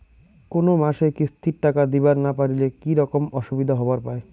কোনো মাসে কিস্তির টাকা দিবার না পারিলে কি রকম অসুবিধা হবার পায়?